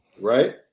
right